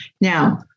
Now